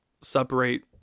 separate